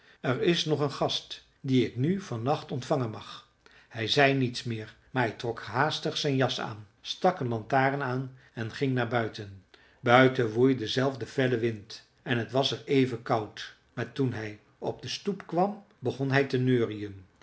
er is nog een gast dien ik nu van nacht ontvangen mag hij zei niets meer maar hij trok haastig zijn jas aan stak een lantaarn aan en ging naar buiten buiten woei dezelfde felle wind en t was er even koud maar toen hij op de stoep kwam begon hij te neuriën